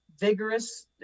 vigorous